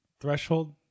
threshold